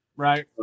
Right